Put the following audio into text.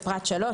בפרט 3,